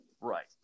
Right